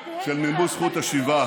הראשון של מימוש זכות השיבה.